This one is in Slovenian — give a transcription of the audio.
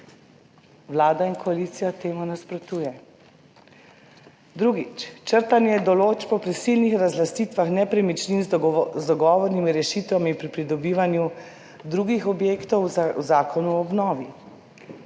Vlada in koalicija temu nasprotuje. Drugič, črtanje določb o prisilnih razlastitvah nepremičnin z dogovornimi rešitvami pri pridobivanju drugih objektov v Zakonu o obnovi.